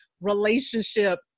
relationship